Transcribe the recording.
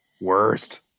worst